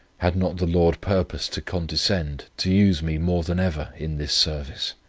had not the lord purposed to condescend to use me more than ever in this service.